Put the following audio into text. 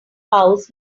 house